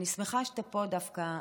אני שמחה שאתה פה דווקא,